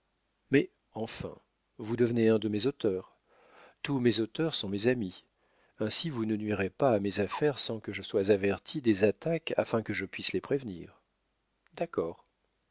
mais enfin vous devenez un de mes auteurs tous mes auteurs sont mes amis ainsi vous ne nuirez pas à mes affaires sans que je sois averti des attaques afin que je puisse les prévenir d'accord